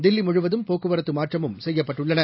தில்லிமுழுவதும் போக்குவரத்துமாற்றமும் செய்யப்பட்டுள்ளன